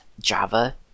Java